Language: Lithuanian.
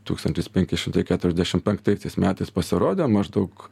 tūkstantis penki šimtai keturiasdešim penktaisiais metais pasirodė maždaug